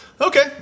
Okay